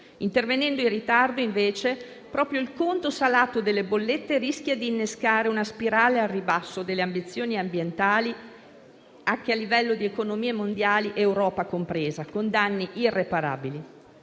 Intervenendo in ritardo, invece, proprio il conto salato delle bollette rischia di innescare una spirale al ribasso delle ambizioni ambientali anche a livello di economie mondiali, Europa compresa, con danni irreparabili.